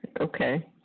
Okay